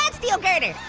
and steel girder.